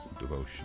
devotion